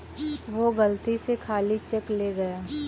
वो गलती से खाली चेक ले गया